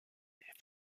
est